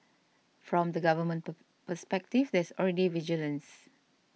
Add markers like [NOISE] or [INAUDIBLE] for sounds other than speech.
from the Government [UNINTELLIGIBLE] perspective there's already vigilance